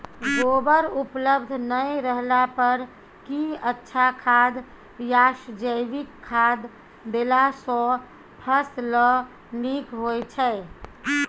गोबर उपलब्ध नय रहला पर की अच्छा खाद याषजैविक खाद देला सॅ फस ल नीक होय छै?